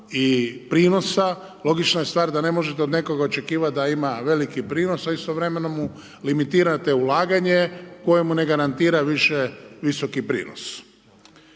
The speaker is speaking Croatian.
i prinosa. Logična je stvar da ne možete od nekoga očekivati da ima veliki prinos a istovremeno mu limitirate ulaganje kojemu ne garantira više visoki prinos.